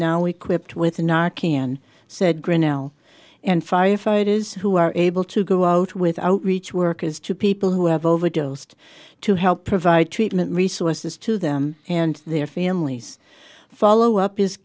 now equipped with a knocking on said grinnell and firefighters who are able to go out with outreach workers to people who have overdosed to help provide treatment resources to them and their families follow up is